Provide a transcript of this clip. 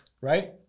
right